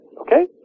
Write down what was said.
Okay